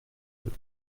deux